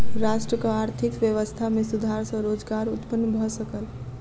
राष्ट्रक आर्थिक व्यवस्था में सुधार सॅ रोजगार उत्पन्न भ सकल